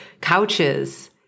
couches